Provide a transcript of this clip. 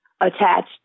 attached